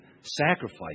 sacrifice